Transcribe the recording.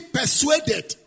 persuaded